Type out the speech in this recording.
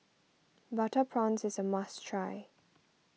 Butter Prawns is a must try